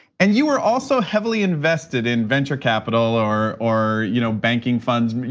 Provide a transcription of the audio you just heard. and you were also heavily invested in venture capital or or you know banking funds,